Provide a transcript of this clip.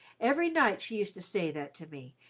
every night she used to say that to me,